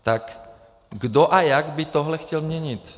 Tak kdo a jak by tohle chtěl měnit?